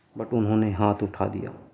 but انہوں نے ہاتھ اٹھا دیا